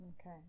Okay